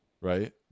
right